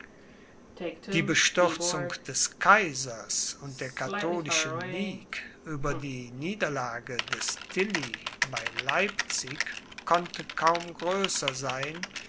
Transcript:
die bestürzung des kaisers und der katholischen ligue über die niederlage des tilly bei leipzig konnte kaum größer sein